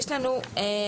יש לנו הסתייגויות.